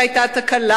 שהיתה תקלה.